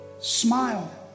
smile